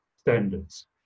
standards